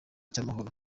cy’amahoro